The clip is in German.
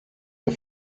der